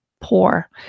poor